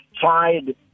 tried